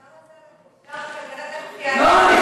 לא,